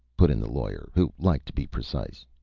put in the lawyer, who liked to be precise.